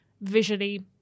visually